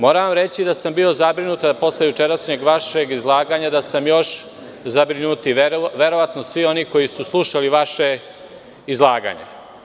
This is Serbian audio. Moram vam reći da sam bio zabrinut, a posle jučerašnjeg vašeg izlaganja da sam još zabrinutiji, a verovatno i svi oni koji su slušali vaše izlaganje.